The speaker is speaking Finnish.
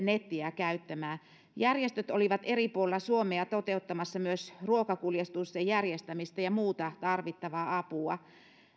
nettiä käyttämään järjestöt olivat eri puolilla suomea toteuttamassa myös ruokakuljetusten järjestämistä ja muuta tarvittavaa apua